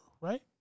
right